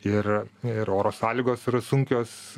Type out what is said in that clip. ir ir oro sąlygos yra sunkios